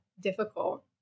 difficult